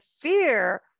fear